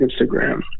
instagram